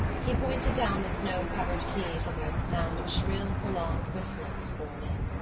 he pointed down the snow-covered quay from where the sound of shrill prolonged whistling was borne in.